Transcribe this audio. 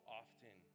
often